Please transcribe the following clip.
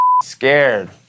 scared